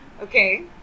Okay